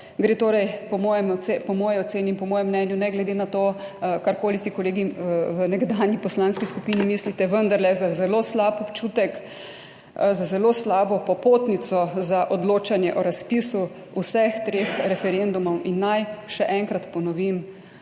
Gre torej po moji oceni in po mojem mnenju, ne glede na to, karkoli si kolegi v nekdanji poslanski skupini mislite, vendarle za zelo slab občutek, za zelo slabo popotnico za odločanje o razpisu vseh treh referendumov. In naj še enkrat ponovim: